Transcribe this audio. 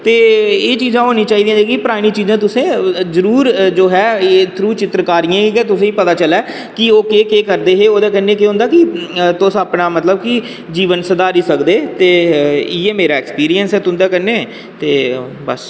एह् चीज़ां जेह्कियां होनियां चाहिदी दियां परानियां चीज़ां जेह्कियां जो बी ऐ ओह् तुसेंगी थ्रू चित्रकारियें दे गै पता चलै कि ओह् केह् केह् करदे हे ते ओह्देकन्नै केह् होंदा की तुस अपना मतलब कि जीवन सुधारी सकदे ते इ'यै मेरा एक्सपीरियंस ऐ तुं'दे कन्नै ते बस